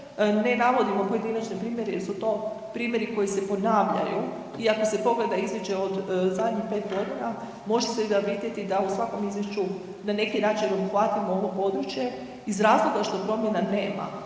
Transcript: Ne navodimo pojedinačne primjere jer su to primjeri koji se ponavljaju i ako se pogleda izvješće od zadnjih 5 godina može se vidjeti da u svakom izvješću na neki način obuhvatimo ovo područje iz razloga što promjena nema,